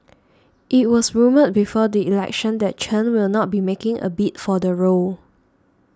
it was rumoured before the election that Chen will not be making a bid for the role